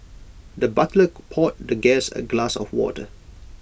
the butler poured the guest A glass of water